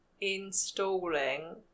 installing